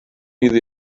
iddi